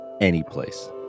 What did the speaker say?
anyplace